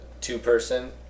two-person